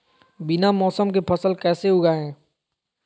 बिना मौसम के फसल कैसे उगाएं?